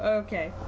okay